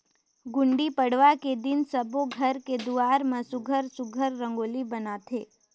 गुड़ी पड़वा के दिन सब्बो घर के दुवार म सुग्घर सुघ्घर रंगोली बनाथे